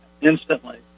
instantly